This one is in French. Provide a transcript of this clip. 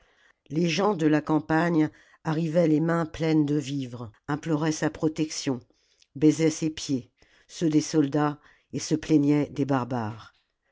les gens de la campagne arrivaient les mains pleines de vivres imploraient sa protection baisaient ses pieds ceux des soldats et se plaignaient des barbares